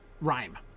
Rhyme